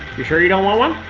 you sure you don't want one?